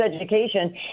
education